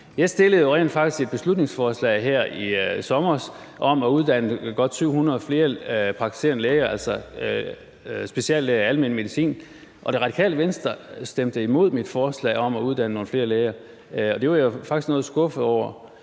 Jeg fremsatte jo rent faktisk et beslutningsforslag her i sommer om at uddanne godt 700 flere praktiserende læger, altså speciallæger i almen medicin, og Det Radikale Venstre stemte imod mit forslag om at uddanne nogle flere læger. Det var jeg faktisk noget skuffet over.